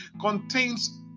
contains